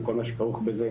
על כל מה שכרוך בזה.